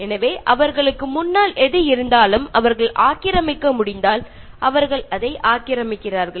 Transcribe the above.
எனவே அவர்களுக்கு முன்னால் எது இருந்தாலும் அவர்கள் ஆக்கிரமிக்க முடிந்தால் அவர்கள் அதை ஆக்கிரமிக்கிறார்கள்